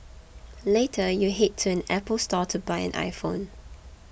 later you head to an Apple Store to buy an iPhone